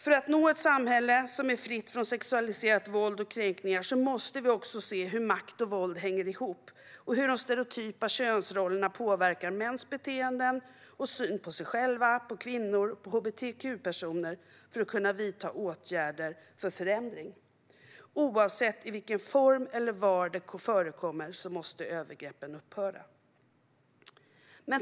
För att nå ett samhälle som är fritt från sexualiserat våld och kränkningar måste vi också se hur makt och våld hänger ihop och hur de stereotypa könsrollerna påverkar mäns beteende och syn på sig själva, på kvinnor och på hbtq-personer för att kunna vidta åtgärder för förändring. Oavsett i vilken form eller var de förekommer måste övergreppen upphöra.